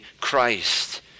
Christ